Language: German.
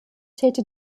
täte